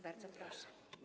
Bardzo proszę.